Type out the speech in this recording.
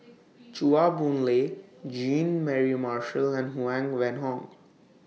Chua Boon Lay Jean Mary Marshall and Huang Wenhong